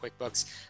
QuickBooks